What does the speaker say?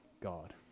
God